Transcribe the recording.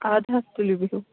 اَدٕ حظ تُلِو بِہِو